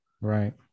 Right